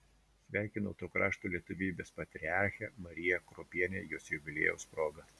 sveikinau to krašto lietuvybės patriarchę mariją kruopienę jos jubiliejaus proga